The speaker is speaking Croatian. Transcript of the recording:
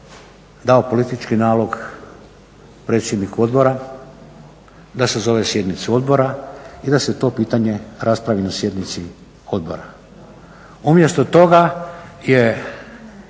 dao politički nalog predsjedniku odbora da sazove sjednicu odbora i da se to pitanje raspravi na sjednici odbora. Umjesto toga je